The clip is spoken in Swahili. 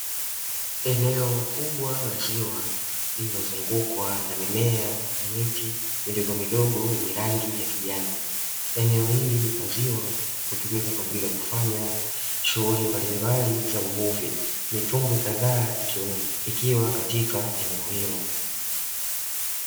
Eneo kubwa la ziwa lililozungukwa na mimea na miti midogomidogo yenye rangi ya kijani, eneo hili la ziwa hutumika kwa ajili ya kufanya shughuli mbalimbali za uvuvi, mitumbwi kadhaa ikiwa katika eneo hilo.